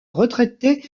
retraité